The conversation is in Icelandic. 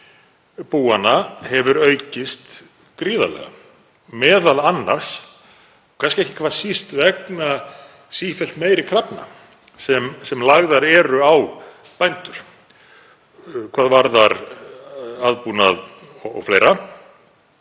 búanna hefur aukist gríðarlega, m.a. kannski ekki hvað síst vegna sífellt meiri krafna sem lagðar eru á bændur hvað varðar aðbúnað og fleira.